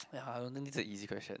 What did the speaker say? ya I don't think it's a easy question